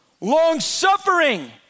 long-suffering